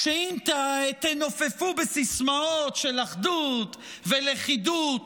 שאם תנופפו בסיסמאות של אחדות ולכידות